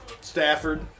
Stafford